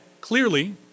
clearly